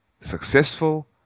successful